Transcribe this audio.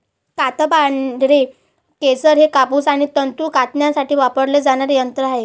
कातणारे खेचर हे कापूस आणि तंतू कातण्यासाठी वापरले जाणारे यंत्र आहे